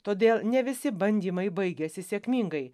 todėl ne visi bandymai baigiasi sėkmingai